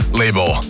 label